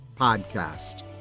podcast